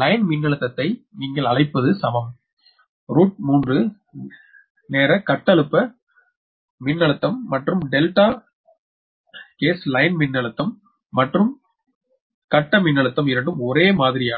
வரி மின்னழுத்தத்தை நீங்கள் அழைப்பது சமம் √3 நேர கட்ட மின்னழுத்தம் மற்றும் டெல்டா டெல்டா கேஸ் லைன் மின்னழுத்தம் மற்றும் கட்ட மின்னழுத்தம் இரண்டும் ஒரே மாதிரியானவை